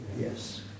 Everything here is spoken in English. Yes